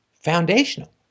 foundational